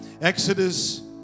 Exodus